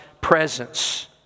presence